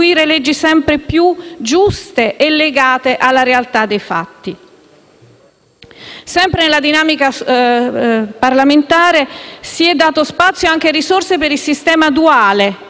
Sempre nella dinamica parlamentare si è dato spazio anche a risorse per il sistema duale